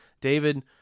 David